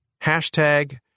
hashtag